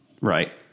Right